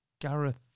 Gareth